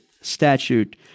statute